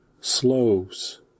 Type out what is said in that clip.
slows